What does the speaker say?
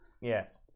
Yes